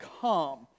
come